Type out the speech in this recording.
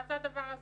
מה זה הדבר הזה?